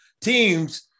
teams